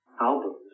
albums